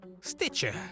Stitcher